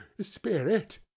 Spirit